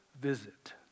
visit